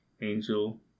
Angel